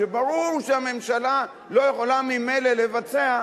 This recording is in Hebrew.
כשברור שהממשלה לא יכולה ממילא לבצע,